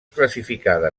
classificada